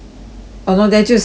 !hannor! then 就十次了 lor